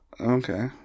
okay